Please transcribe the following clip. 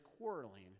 quarreling